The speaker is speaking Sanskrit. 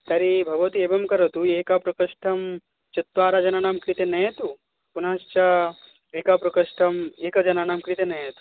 तर्हि भवती एवं करोतु एकप्रकोष्ठं चत्वारजनानां कृते नयतु पुनश्च एकप्रकोष्ठम् एकजनानां कृते नयतु